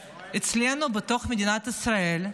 שאצלנו, בתוך מדינת ישראל,